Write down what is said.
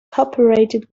cooperated